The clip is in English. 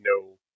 no